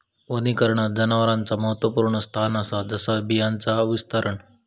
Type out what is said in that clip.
वनीकरणात जनावरांचा महत्त्वपुर्ण स्थान असा जसा बियांचा विस्तारण